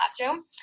classroom